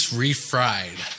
refried